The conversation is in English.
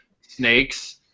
snakes